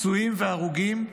פצועים והרוגים,